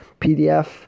PDF